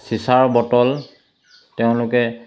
চিচাৰ বটল তেওঁলোকে